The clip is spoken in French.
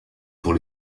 pour